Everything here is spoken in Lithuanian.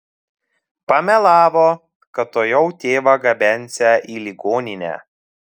pamelavo kad tuojau tėvą gabensią į ligoninę